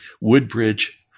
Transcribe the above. Woodbridge